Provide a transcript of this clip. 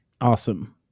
awesome